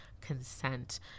consent